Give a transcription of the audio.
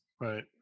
Right